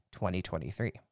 2023